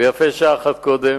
ויפה שעה אחת קודם.